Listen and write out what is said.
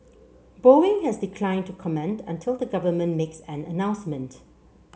Boeing has declined to comment until the government makes an announcement